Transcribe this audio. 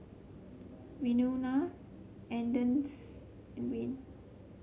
Wynona and Wayne